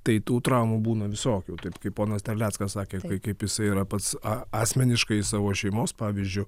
tai tų traumų būna visokių taip kaip ponas terleckas sakė kaip jisai yra pats asmeniškai savo šeimos pavyzdžiu